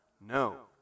No